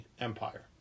Empire